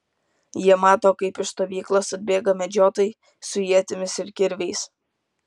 jie mato kaip iš stovyklos atbėga medžiotojai su ietimis ir kirviais